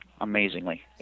amazingly